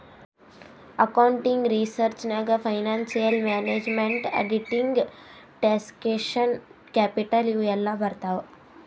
accounting research ನಾಗ್ financial management, auditing, taxation, capital ಇವು ಎಲ್ಲಾ ಬರ್ತಾವ್